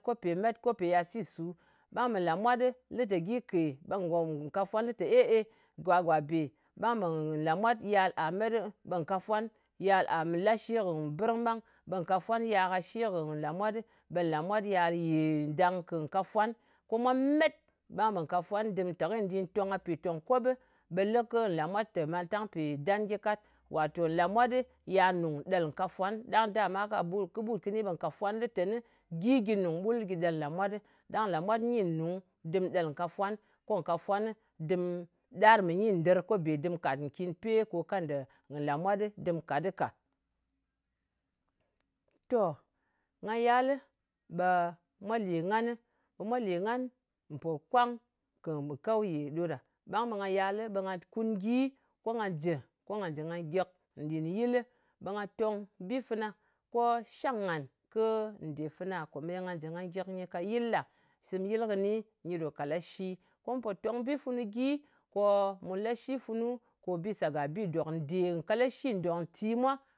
Ko pè met ko pè ya sìsu, ɓang ɓe nlamwat lɨ tè gyi kè. Ɓe nkafwan lɨ̀ e-e, gwa-gwà. Ɓang ɓe nlamwat yal a met ɗɨ, ɓe nkafwan yal a, m lashi kɨ bɨrng ɓang, ɓe nkafwan yal ka shi kɨ nlamwat ɗɨ. Ɓe nlamwat ya yè dang kɨ nfwan ko mwa met. Ɓang ɓe nkafwan dɨm te kyi ndi tong ka pìtòng kop ɓi, ɓe lɨ kɨ nlamwat te, mantang pè dan gyi kat. Wàtò nlàmwat ya nùng ɗel nkafwan, ɗang dama kɨɓut kɨni ɓe nkafwan lɨ teni gyi gyì nùng ɓul gyī ɗel nlamwat ɗɨ. Ɗang nlamwat nyin nung dɨm ɗel nkafwan, ko nkafwanɨ ɗar mɨ nyi ndɨr, ko be dɨm kàt nkinpe ko kanda nlamwat ɗɨ dɨm ka ɗɨ ka. To, nga yalɨ, ɓe mwa lè ngan mpokwang, mɨ kawyè ɗo ɗa. Ɓang ɓe nga yalɨ ɓe nga kun gyi. Ko nga jɨ, ko nga jɨ nga gyìk nɗin yɨlɨ, ɓe nga tong bi fɨna, ko shang ngan kɨ ndè fana komeye nga jɨ mga gyik nyɨ ka yɨl ɗa. Sɨm yɨl kɨni nyi ɗo kalashi. Ko mu po tong bi funu gyi, ko mu lashi funu ko bisa gà bi mè dòk nde nkalasho ɗok nti mwa